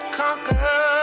conquer